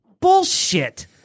bullshit